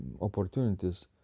opportunities